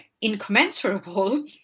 incommensurable